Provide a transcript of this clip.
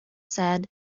said